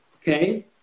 okay